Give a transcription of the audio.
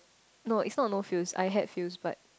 no it's not no fuse I had fuse but